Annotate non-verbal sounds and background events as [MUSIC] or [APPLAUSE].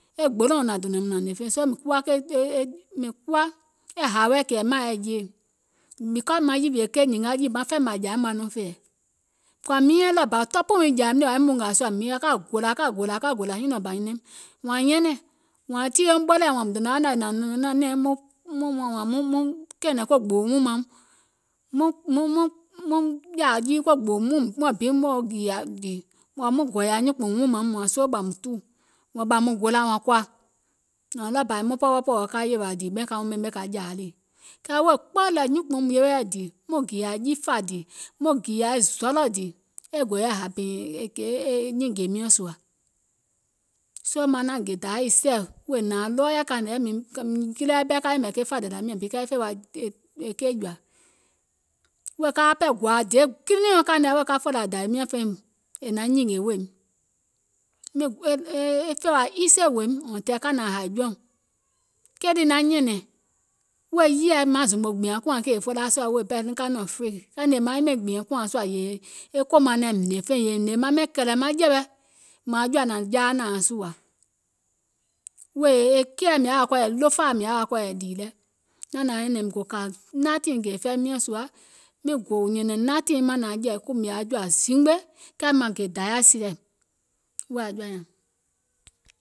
E gbolòùŋ nȧŋ dònȧìm hnè feìŋ, because mìŋ kuwa hȧȧweɛ̀ kɛ̀ miŋ naȧŋ yɛi jeè, because maŋ yìwìè keì nyìnga maŋ fɛɛ̀mȧì jȧaim nɔŋ fɛ̀ɛ̀, mìŋ kɔ̀ȧ miinyɛŋ taìŋ bȧ tɔpù wii jȧaim ɗì wɔ̀ŋ yȧim mùngȧ sùȧ, [UNINTELLIGIBLE] nyùnɔ̀ɔŋ bȧ wȧȧŋ ɓɔ̀ mùŋ gòlȧ wààŋ kɔ̀ȧ, nɔ̀ɔŋ ɗɔɔbȧ aim pɔwɔpɔ̀wɔ̀ ka yèwȧ dìì ka wɔŋ jȧȧ ɗì, kɛɛ wèè kpɔ nyùùŋ yewe yɛi maŋ gììyȧ zɔlɔ̀ dìì maŋ gììyȧ jiìfȧa dìì e gò yɛi happen nyiiŋ gè miɔ̀ŋ sùȧ, soo maŋ gè dayȧ e sɛ̀ wèè nȧaŋ ɗɔɔ yɛɛ̀ kȧìŋ nɛ mìŋ kile yɛi ɓɛɛ ka yɛ̀mɛ̀ ke fȧȧdȧlȧ miaŋ bi kɛɛ e fè wa è keì jɔ̀ȧ, wèè ka wa pɛɛ gɔ̀ȧȧ deè kilììɔ̀ŋ kȧìŋ nɛ wèè ka fòlȧ dȧwiim nyȧŋ feìŋ naŋ nyìngè weèim, e fè wa easy wèèim until ka nȧaŋ hàì jɔùŋ, keì lii naŋ nyɛ̀nɛ̀ŋ wèè yèɛ maŋ zùmò gbìȧŋ kùȧŋ kèè felaa sùȧ wèè pɛɛ ka nɔ̀ŋ free kɛɛ ngèè maiŋ ɓɛìŋ gbìɛ̀ŋ kùȧŋ sùȧ yèè kèè kòmaŋ naim hnè feìŋ yèè ngèè maŋ ɓɛìŋ kɛ̀lɛ̀ maŋjɛ̀wɛ mȧȧŋ jɔ̀ȧ nȧŋ jaa nȧȧŋ sùȧ, wèè e keìɛ e ɗofaȧ mìŋ yaȧ kɔ̀ɔ̀yɛ̀ dìì lɛ, naŋ nȧaŋ nyɛ̀nɛ̀ŋ gò kȧ nothing kèè fɛi miɔ̀ŋ sùȧ, mìŋ gò nyɛ̀nɛ̀ŋ nothing maŋ nȧaŋ jɛ̀ì kùmìè jɔ̀ȧ zimgbe, kɛɛ maŋ gè dayȧ sɛ̀ wèè aŋ jɔ̀ȧ nyaŋ,